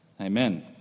Amen